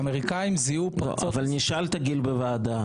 האמריקנים זיהו פרצות --- אבל נשאלת בוועדה,